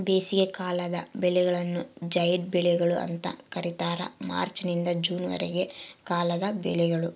ಬೇಸಿಗೆಕಾಲದ ಬೆಳೆಗಳನ್ನು ಜೈಡ್ ಬೆಳೆಗಳು ಅಂತ ಕರೀತಾರ ಮಾರ್ಚ್ ನಿಂದ ಜೂನ್ ವರೆಗಿನ ಕಾಲದ ಬೆಳೆಗಳು